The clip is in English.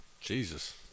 Jesus